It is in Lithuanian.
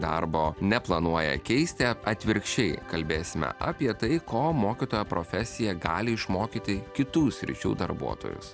darbo neplanuoja keisti atvirkščiai kalbėsime apie tai ko mokytojo profesija gali išmokyti kitų sričių darbuotojus